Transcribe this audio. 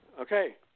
Okay